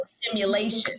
stimulation